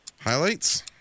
Highlights